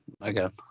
Again